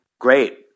great